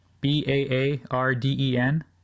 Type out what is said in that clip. B-A-A-R-D-E-N